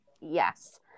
Yes